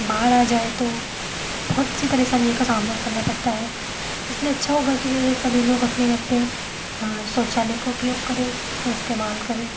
बाढ़ आ जाए तो बहुत सी परेशानियों का सामना करना पड़ता है इसलिए अच्छा होगा कि जैसे सभी लोग अपने घर पर शौचालय का उपयोग करें उसका इस्तेमाल करें